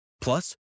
Plus